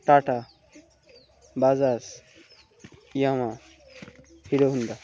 tata Bajaj Yamaha Hero Honda